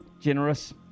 Generous